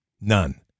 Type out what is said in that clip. none